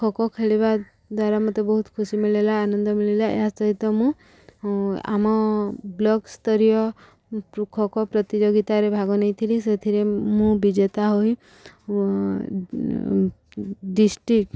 ଖୋଖୋ ଖେଳିବା ଦ୍ୱାରା ମୋତେ ବହୁତ ଖୁସି ମିଳିଲା ଆନନ୍ଦ ମିଳିଲା ଏହା ସହିତ ମୁଁ ଆମ ବ୍ଲକ୍ସ୍ତରୀୟ ଖୋକ ପ୍ରତିଯୋଗିତାରେ ଭାଗ ନେଇଥିଲି ସେଥିରେ ମୁଁ ବିଜେତା ହୋଇ ଡିଷ୍ଟ୍ରିକ୍